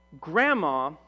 Grandma